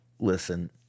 Listen